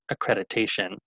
accreditation